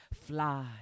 fly